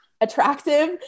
attractive